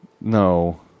No